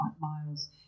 miles